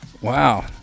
Wow